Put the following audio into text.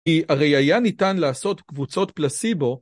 ‫היא הרי היה ניתן לעשות ‫קבוצות פלסיבו.